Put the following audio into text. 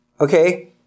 Okay